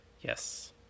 yes